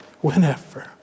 Whenever